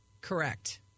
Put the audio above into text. Correct